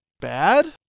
bad